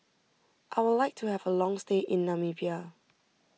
I would like to have a long stay in Namibia